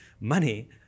money